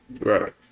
right